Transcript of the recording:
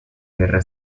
guerra